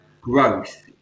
growth